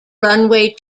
runway